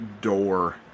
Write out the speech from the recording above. door